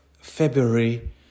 February